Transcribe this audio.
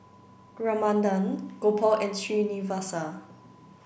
Ramanand Gopal and Srinivasa